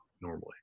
normally